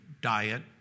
diet